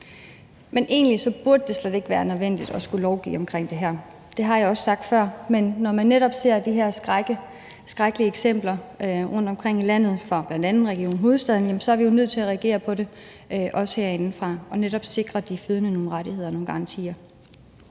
Men egentlig burde det slet ikke være nødvendigt at lovgive omkring det her. Det har jeg også sagt før. Men når man netop ser de her skrækkelige eksempler rundtomkring i landet, fra bl.a. Region Hovedstaden, jamen så er vi herindefra jo nødt til at reagere på det for netop at sikre de fødende nogle rettigheder og nogle garantier.